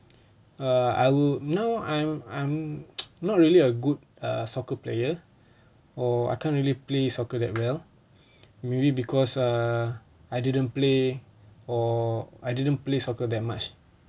err I would know I'm I'm not really a good uh soccer player or I can't really play soccer that well maybe because err I didn't play or I didn't play soccer that much